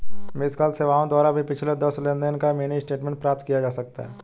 miss call सेवाओं द्वारा भी पिछले दस लेनदेन का मिनी स्टेटमेंट प्राप्त किया जा सकता है